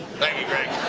thank you, greg.